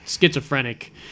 schizophrenic